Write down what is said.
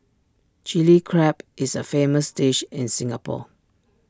Chilli Crab is A famous dish in Singapore